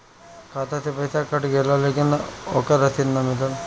खाता से पइसा कट गेलऽ लेकिन ओकर रशिद न मिलल?